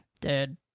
dude